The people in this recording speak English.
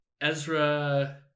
Ezra